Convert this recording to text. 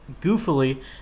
goofily